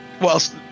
Whilst